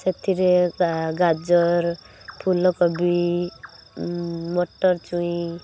ସେଥିରେ ଗାଜର ଫୁଲ କୋବି ମଟର ଛୁଇଁ